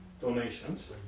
Donations